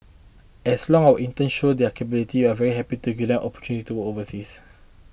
as long our interns show their capabilities are very happy to give out opportunity to overseas